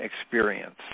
experience